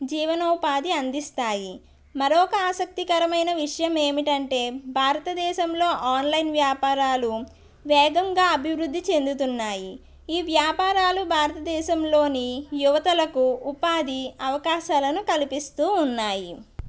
జీవనోపాధి అందిస్తాయి మరోక ఆసక్తికరమైన విషయం ఏమిటంటే భారతదేశంలో ఆన్లైన్ వ్యాపారాలు వేగంగా అభివృద్ధి చెందుతున్నాయి ఈ వ్యాపారాలు భారతదేశంలోని యువతలకు ఉపాధి అవకాశాలను కల్పిస్తూ ఉన్నాయి